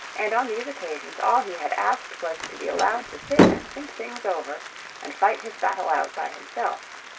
and on these occasions all he had asked was to be allowed to sit and think things over and fight his battle out by himself.